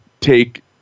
take